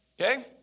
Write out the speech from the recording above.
Okay